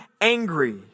angry